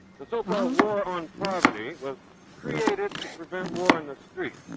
the so-called war on poverty was created to prevent war in the streets.